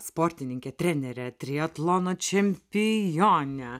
sportininkę trenerę triatlono čempionę